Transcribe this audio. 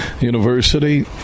University